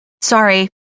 Sorry